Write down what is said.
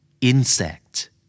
insect